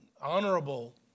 honorable